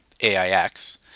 AIX